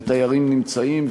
ותיירים נמצאים,